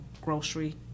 grocery